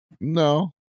No